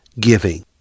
giving